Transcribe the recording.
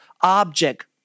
object